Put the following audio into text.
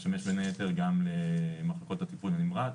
ישמש בין היתר גם למחלקות הטיפול הנמרץ,